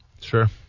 Sure